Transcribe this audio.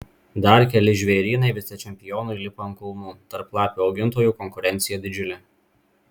dar keli žvėrynai vicečempionui lipa ant kulnų tarp lapių augintojų konkurencija didžiulė